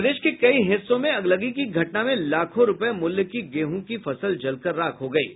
प्रदेश के कई हिस्सों में अगलगी की घटना में लाखों रूपये मूल्य की गेहूँ की फसल जलकर राख हो गयी है